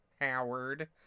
Howard